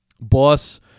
Boss